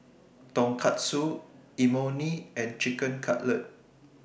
Tonkatsu Imoni and Chicken Cutlet